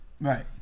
Right